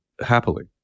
happily